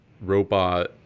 robot